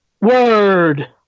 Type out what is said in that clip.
Word